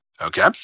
Okay